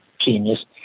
genius